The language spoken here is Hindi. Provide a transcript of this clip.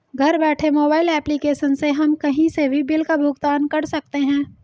घर बैठे मोबाइल एप्लीकेशन से हम कही से भी बिल का भुगतान कर सकते है